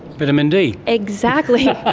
vitamin d. exactly. ah